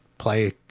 play